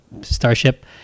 starship